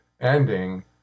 ending